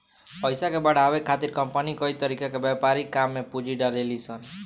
पइसा के बढ़ावे खातिर कंपनी कई तरीका के व्यापारिक काम में पूंजी डलेली सन